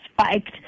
spiked